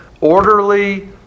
orderly